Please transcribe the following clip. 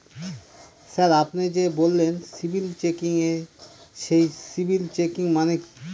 Sir আপনি যে বললেন সিবিল চেকিং সেই সিবিল চেকিং মানে কি?